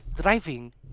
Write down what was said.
driving